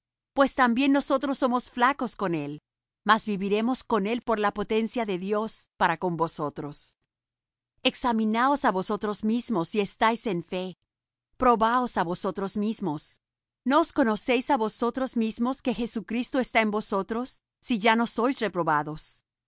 pues también nosotros somos flacos con él mas viviremos con él por la potencia de dios para con vosotros examinaos á vosotros mismos si estáis en fe probaos á vosotros mismos no os conocéis á vosotros mismos que jesucristo está en vosotros si ya no sois reprobados